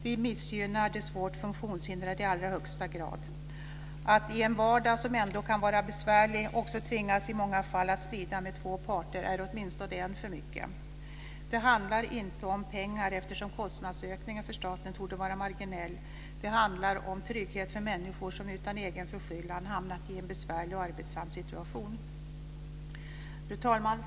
Det missgynnar de svårt funktionshindrade i allra högsta grad. I en vardag som kan vara besvärlig ändå tvingas de i många fall att strida med två parter. Det är åtminstone en för mycket. Det här handlar inte om pengar, eftersom kostnadsökningen för staten torde vara marginell. Det handlar om trygghet för människor som utan egen förskyllan har hamnat i en besvärlig och arbetsam situation. Fru talman!